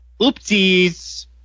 Oopsies